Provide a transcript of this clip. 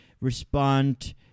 respond